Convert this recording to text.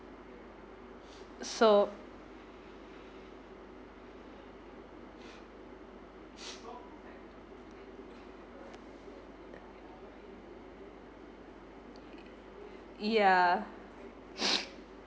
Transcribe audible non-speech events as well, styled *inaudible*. so ya *breath*